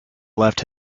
left